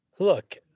Look